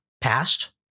Past